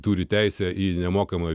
turi teisę į nemokamą